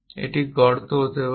এটি গর্ত হতে পারে